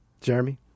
Jeremy